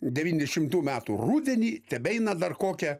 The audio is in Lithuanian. devyniasdešimtų metų rudenį tebeina dar kokia